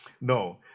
no